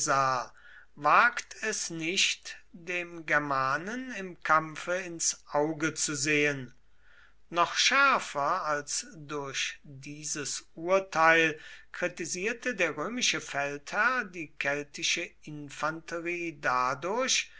wagt es nicht dem germanen im kampfe ins auge zu sehen noch schärfer als durch dieses urteil kritisierte der römische feldherr die keltische infanterie dadurch